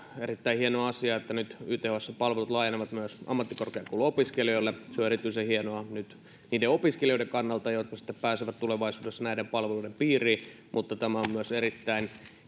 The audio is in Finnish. erittäin hieno asia että nyt ythsn palvelut laajenevat myös ammattikorkeakouluopiskelijoille se on erityisen hienoa nyt niiden opiskelijoiden kannalta jotka sitten pääsevät tulevaisuudessa näiden palveluiden piiriin mutta tämä on myös erittäin